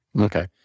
Okay